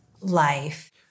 life